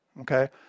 okay